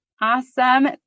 Awesome